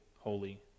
holy